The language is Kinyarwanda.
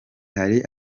hari